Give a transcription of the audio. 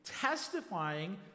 testifying